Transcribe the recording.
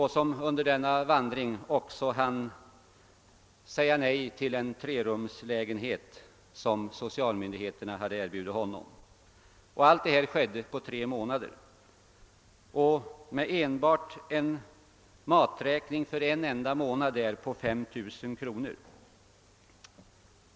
Under denna vandring hann han även säga nej till en trerumslägenhet som socialmyndigheterna erbjöd honom. Allt detta skedde på tre månader. Hans maträkning uppgick under en enda månad till 5 000 kronor.